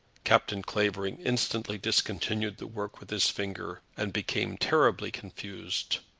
captain clavering instantly discontinued the work with his finger, and became terribly confused.